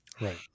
Right